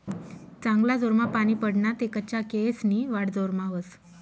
चांगला जोरमा पानी पडना ते कच्चा केयेसनी वाढ जोरमा व्हस